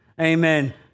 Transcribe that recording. amen